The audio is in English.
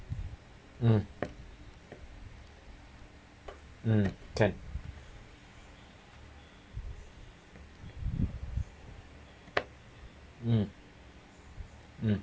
um um can um um